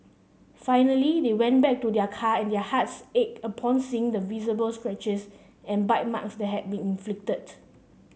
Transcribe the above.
finally they went back to their car and their hearts ached upon seeing the visible scratches and bite marks that had been inflicted